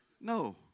No